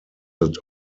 that